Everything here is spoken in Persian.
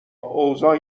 اوضاع